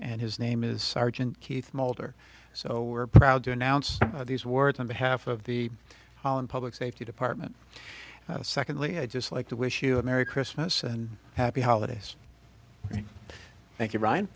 and his name is sergeant keith mulder so we're proud to announce these words on behalf of the fallen public safety department secondly i'd just like to wish you a merry christmas and happy holidays thank you ryan